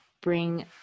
bring